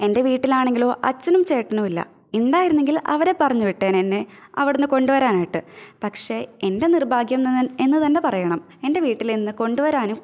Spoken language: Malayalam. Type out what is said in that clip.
എന്റെ വീട്ടിലാണെങ്കിലോ അച്ഛനും ചേട്ടനും ഇല്ല ഉണ്ടായിരുന്നെങ്കില് അവരെ പറഞ്ഞ് വിട്ടേനെ എന്നെ അവിടെന്ന് കൊണ്ട്വരാനാട്ട് പക്ഷേ എന്റെ നിര്ഭാഗ്യംന്ന്ത എന്ന് തന്നെ പറയണം എന്റെ വീട്ടിലിന്ന് കൊണ്ട്വാരാനും